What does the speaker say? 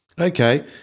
Okay